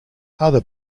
other